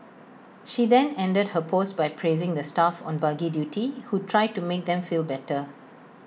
she then ended her post by praising the staff on buggy duty who tried to make them feel better